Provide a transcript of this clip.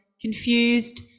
confused